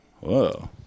Whoa